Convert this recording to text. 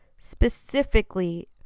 specifically